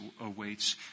awaits